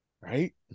Right